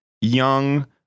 young